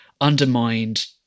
undermined